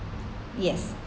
yes